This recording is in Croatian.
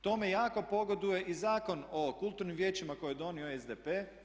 Tome jako pogoduje i Zakon o kulturnim vijećima koje je donio SDP.